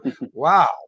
wow